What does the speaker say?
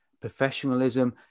professionalism